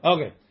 Okay